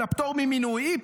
פטור ממינויים,